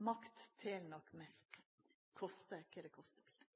Makt tel nok mest, kosta kva det kosta vil.